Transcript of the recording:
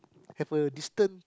have a distant